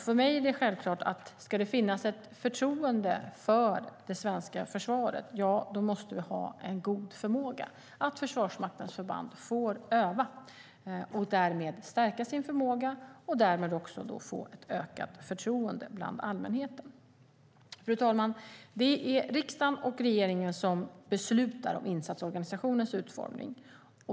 För mig är det självklart att ska det finnas ett förtroende för det svenska försvaret måste vi ha goda förutsättningar för Försvarsmaktens förband att öva och därmed stärka sin förmåga och därmed också få ett ökat förtroende bland allmänheten. Fru talman! Det är riksdagen och regeringen som beslutar om insatsorganisationens utformning.